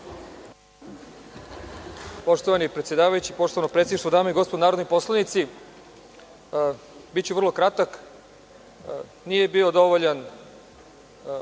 Poštovani predsedavajući, poštovano predsedništvo, dame i gospodo narodni poslanici, biću veoma kratak. Nije bio dovoljan